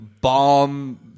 Bomb